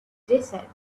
desert